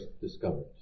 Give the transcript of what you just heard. discovered